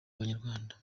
abanyarwanda